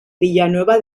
villanueva